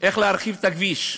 איך להרחיב את הכביש,